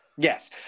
Yes